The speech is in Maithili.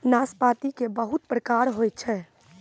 नाशपाती के बहुत प्रकार होय छै